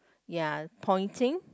ya pointing